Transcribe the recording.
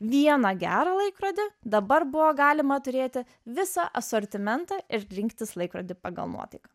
vieną gerą laikrodį dabar buvo galima turėti visą asortimentą ir rinktis laikrodį pagal nuotaiką